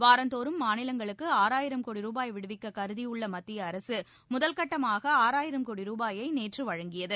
வாரந்தோறும் மாநிலங்களுக்கு ஆறாயிரம் கோடி ரூபாய் விடுவிக்க கருதி உள்ள மத்திய அரசு முதல்கட்டமாக ஆறாயிரம் கோடி ரூபாயை நேற்று வழங்கியது